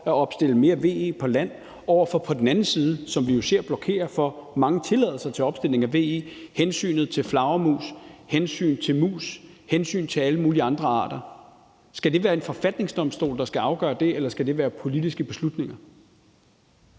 at opstille flere VE-anlæg på land og på den anden side det, som vi jo ser blokerer for mange tilladelser til opstilling af VE-anlæg, nemlig hensyn til flagermus, hensyn til mus og hensyn til alle mulige andre arter. Skal det være en forfatningsdomstol, der skal afgøre det, eller skal det være politiske beslutninger?